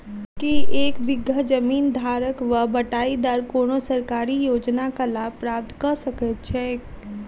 की एक बीघा जमीन धारक वा बटाईदार कोनों सरकारी योजनाक लाभ प्राप्त कऽ सकैत छैक?